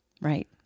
Right